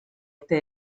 este